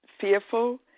fearful